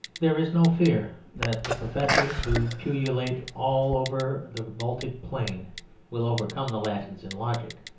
there is no fear that the professors who pullulate all over the baltic plain will overcome the latins in logic.